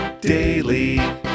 Daily